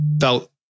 felt